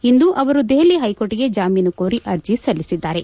ಇಂದು ಅವರು ದೆಹಲ ಹೈಕೋರ್ಬ್ಗೆ ಜಾಮೀನು ಕೋಲಿ ಅರ್ಜಿ ಸಲ್ಲಿಲಿದ್ದಾರೆ